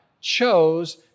chose